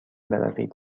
بروید